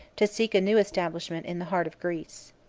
to seek a new establishment in the heart of greece.